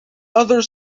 other